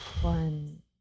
One